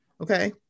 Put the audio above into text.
Okay